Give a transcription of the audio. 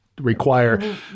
require